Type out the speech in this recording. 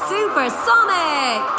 Supersonic